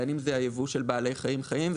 בין אם זה היבוא של בעלי חיים חיים,